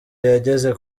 yageze